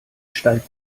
steigt